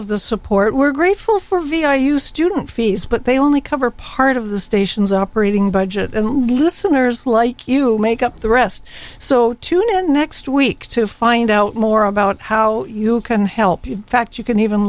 of the support we're grateful for vi you student fees but they only cover part of the station's operating budget and listeners like you make up the rest so tune in next week to find out more about how you can help you fact you can even